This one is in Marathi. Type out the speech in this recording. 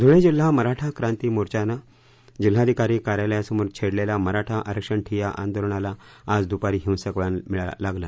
धुळे जिल्हा मराठा क्रांती मोर्चानं जिल्हाधिकारी कार्यालयासमोर छेडलेल्या मराठा आरक्षण ठिय्या आंदोलनाला आज दुपारी हिंसक वळण लागलं